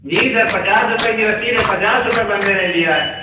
جی sir پچاس روپئے کی رسید ہے پچاس روپئے بندے نے لیا ہے